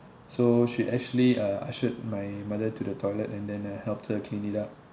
so she actually uh ushered my mother to the toilet and then uh helped her clean it up